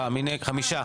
חמישה.